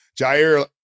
Jair